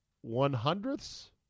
one-hundredths